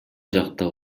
жакта